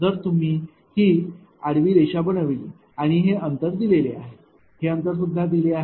जर तुम्ही ही अशी आडवी रेषा बनविली आणि हे अंतर दिलेले आहे हे अंतर दिले आहे